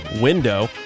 window